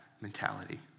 mentality